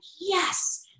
yes